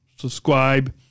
subscribe